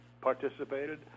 participated